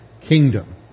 kingdom